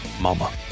Mama